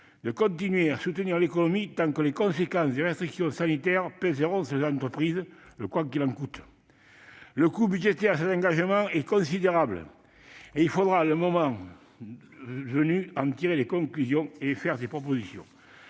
de continuer à soutenir l'économie tant que les conséquences des restrictions sanitaires pèseront sur les entreprises- le « quoi qu'il en coûte ». Le coût budgétaire de cet engagement est considérable et il faudra, le moment venu, en tirer les conséquences et faire des propositions.